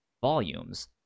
volumes